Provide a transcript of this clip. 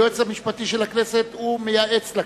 היועץ המשפטי של הכנסת מייעץ לכנסת.